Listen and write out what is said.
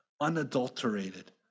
unadulterated